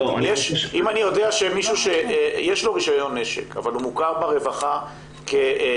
אם אני יודע שמישהו שיש לו רישיון נשק אבל הוא מוכר ברווחה כאלים,